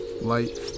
light